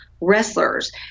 wrestlers